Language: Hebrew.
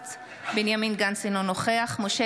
נוכחת בנימין גנץ, אינו נוכח